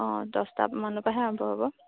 অ' দহটামানৰ পৰাহে আৰম্ভ হ'ব